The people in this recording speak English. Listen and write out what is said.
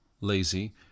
lazy